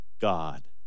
God